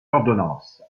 ordonnances